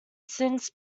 since